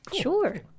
Sure